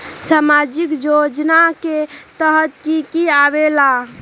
समाजिक योजना के तहद कि की आवे ला?